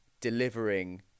delivering